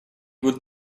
would